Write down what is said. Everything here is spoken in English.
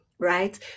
right